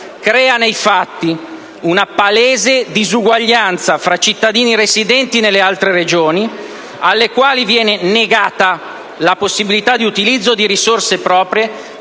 crea, nei fatti, una palese disuguaglianza fra i cittadini residenti nelle altre regioni alle quali viene negata la possibilità di utilizzo di risorse proprie